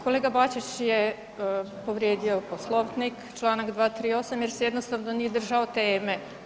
Kolega Bačić je povrijedio Poslovnik čl. 238. jer se jednostavno nije držao teme.